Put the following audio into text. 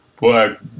black